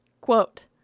Quote